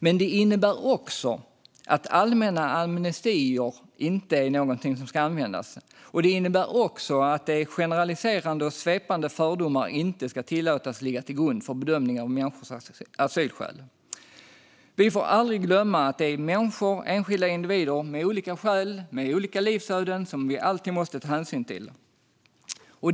Men det innebär också att allmänna amnestier inte är någonting som ska användas, och det innebär även att generaliserande och svepande fördomar inte ska tillåtas ligga till grund för bedömning av människors asylskäl. Vi får aldrig glömma att det är människor, enskilda individer, med olika skäl och med olika livsöden som vi alltid måste ta hänsyn till.